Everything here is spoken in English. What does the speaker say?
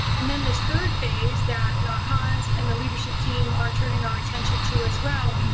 and then, the third phase that hans and the leadership team are turning our attention to as well,